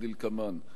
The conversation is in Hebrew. כדלקמן: